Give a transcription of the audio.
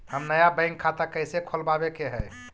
हम नया बैंक खाता कैसे खोलबाबे के है?